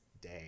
day